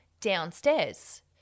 downstairs